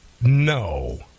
no